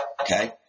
okay